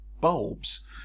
bulbs